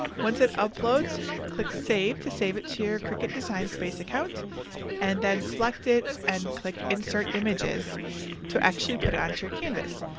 once it uploads, click save to save it to your cricut design space account and then select it and click insert images to actually put it onto your canvas.